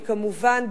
וכמובן,